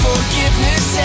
Forgiveness